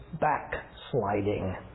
backsliding